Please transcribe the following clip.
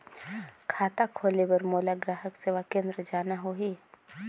खाता खोले बार मोला ग्राहक सेवा केंद्र जाना होही?